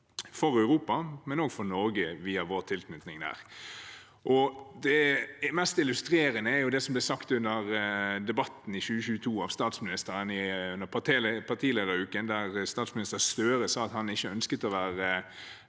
for Europa, men også for Norge via vår tilknytning der. Det mest illustrerende er det som ble sagt under «Debatten» i 2022 under partilederuken, der statsminister Støre sa at han ikke ønsket å være